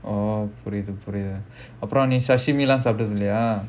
oh அப்புறம் நீ:appuram nee sashimi